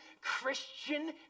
Christian